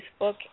Facebook